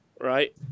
right